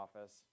office